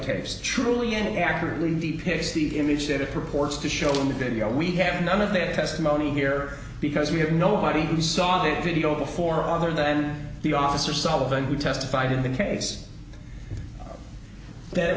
tapes truly and accurately the pace the image that it purports to show in the video we have none of that testimony here because we have nobody who saw the video before other than the officer sullivan who testified in the case that